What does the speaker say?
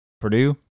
Purdue